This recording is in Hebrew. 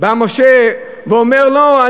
בא משה ואומר: לא,